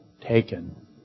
taken